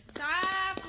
da